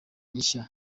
gishya